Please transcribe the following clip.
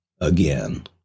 again